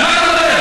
על מה אתה מדבר?